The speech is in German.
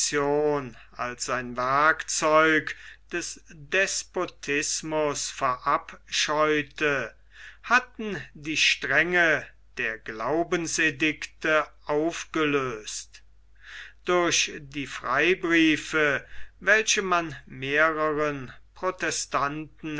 als ein werkzeug des despotismus verabscheute hatten die strenge der glaubensedikte aufgelöst durch die freibriefe welche man mehreren protestanten